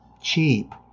cheap